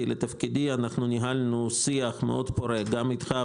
לתפקידי ניהלנו שיח מאוד פורה גם איתך,